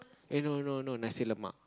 eh no no no nasi-Lemak